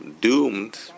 doomed